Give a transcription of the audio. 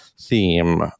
theme